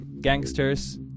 gangsters